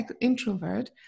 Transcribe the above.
introvert